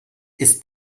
ist